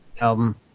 album